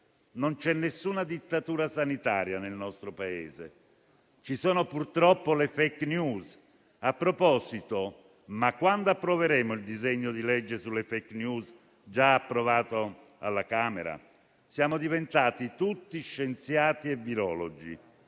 Non c'è nessuna dittatura sanitaria nel nostro Paese; ci sono purtroppo le *fake news.* A proposito, ma quando discuteremo il disegno di legge sulle *fake news*, già approvato alla Camera? Siamo diventati tutti scienziati e virologi